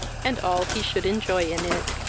and all he should enjoy in it.